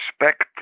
respect